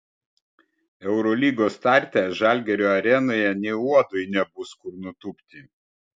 eurolygos starte žalgirio arenoje nė uodui nebus kur nutūpti